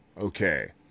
Okay